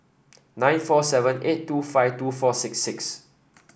nine four seven eight two five two four six six